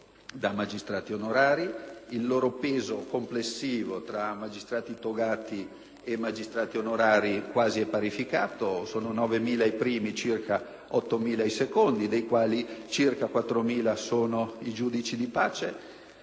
Il loro peso complessivo, tra magistrati togati e onorari, è quasi parificato: sono 9.000 i primi e circa 8.000 i secondi, dei quali circa 4.000 sono i giudici di pace.